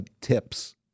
tips